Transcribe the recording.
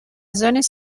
zones